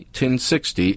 1060